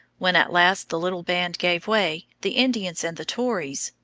when at last the little band gave way, the indians and the tories,